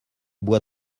boit